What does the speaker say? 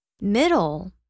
Middle